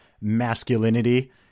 masculinity